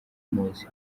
muzi